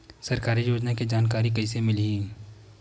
सरकारी योजना के जानकारी कइसे मिलही?